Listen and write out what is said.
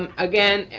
and again,